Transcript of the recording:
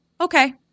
Okay